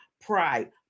pride